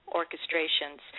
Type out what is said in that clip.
orchestrations